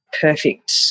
perfect